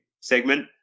segment